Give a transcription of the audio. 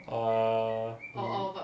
err we